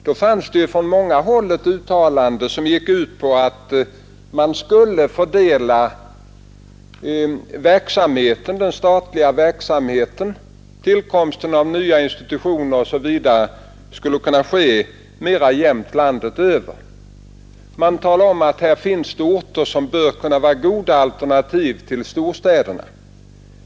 Då uttalades från många håll att man skulle sprida den statliga verksamheten. Nya institutioner osv. skulle kunna fördelas mer jämnt över landet. Man talade om att det finns orter som borde kunna vara goda alternativ till storstäderna.